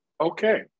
Okay